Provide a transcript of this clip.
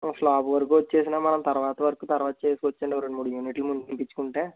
slab వరకు వచ్చేసినా మనం తరువాత వర్క్ తరువాత చేసుకోవొచ్చండి ఒక రెండు మూడు యూనిట్లు తీపిచ్చుకుంటే